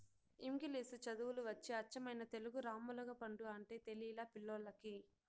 ఇంగిలీసు చదువులు వచ్చి అచ్చమైన తెలుగు రామ్ములగపండు అంటే తెలిలా పిల్లోల్లకి